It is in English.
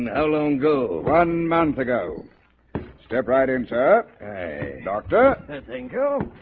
and along go one month-ago step right in sir doctor i think oh, ah